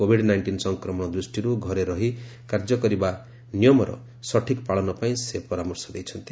Covid nineteen ସଂକ୍ରମଣ ଦୃଷ୍ଟିରୁ ଘରେ ରହି କାର୍ଯ୍ୟ କରିବା ନିୟମର ସଠିକ୍ ପାଳନ ପାଇଁ ସେ ପରାମର୍ଶ ଦେଇଛନ୍ତି